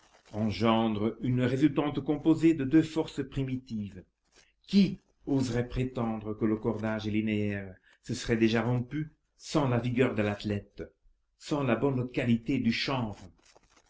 engendre une résultante composée des deux forces primitives qui oserait prétendre que le cordage linéaire se serait déjà rompu sans la vigueur de l'athlète sans la bonne qualité du chanvre